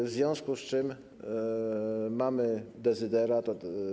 W związku z tym mamy dezyderat.